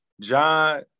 John